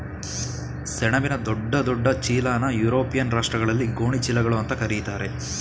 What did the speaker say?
ಸೆಣಬಿನ ದೊಡ್ಡ ದೊಡ್ಡ ಚೀಲನಾ ಯುರೋಪಿಯನ್ ರಾಷ್ಟ್ರಗಳಲ್ಲಿ ಗೋಣಿ ಚೀಲಗಳು ಅಂತಾ ಕರೀತಾರೆ